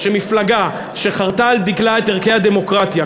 שמפלגה שחרתה על דגלה את ערכי הדמוקרטיה,